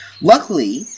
Luckily